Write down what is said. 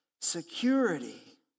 Security